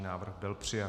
Návrh byl přijat.